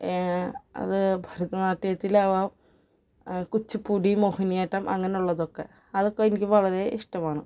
അത് ഭരതനാട്യത്തിലാവാം കുച്ചിപ്പുടി മോഹിനിയാട്ടം അങ്ങനെയുള്ളതൊക്കെ അതൊക്കെ എനിക്ക് വളരെ ഇഷ്ടമാണ്